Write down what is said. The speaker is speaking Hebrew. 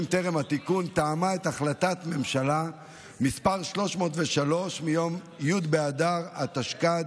טרם התיקון תאמה את החלטת ממשלה מס' 603 מיום י' באדר התשכ"ד,